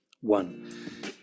one